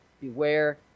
Beware